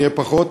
נהיה פחות,